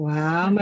Wow